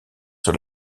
sur